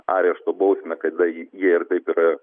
arešto bausmę kada ji jie ir taip yra